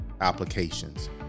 applications